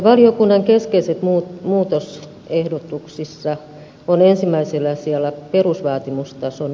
valiokunnan keskeisissä muutosehdotuksissa on ensimmäisellä sijalla perusvaatimustason kohtuullistaminen